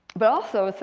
but also, so